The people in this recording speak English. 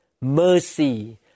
mercy